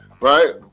right